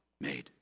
made